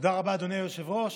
תודה רבה, אדוני היושב-ראש.